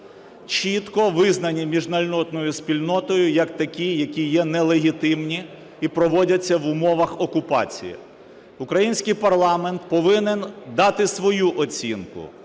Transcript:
чітко визнані міжнародною спільнотою як такі, які є нелегітимні і проводяться в умовах окупації. Український парламент повинен дати свою оцінку.